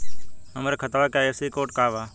हमरे खतवा के आई.एफ.एस.सी कोड का बा?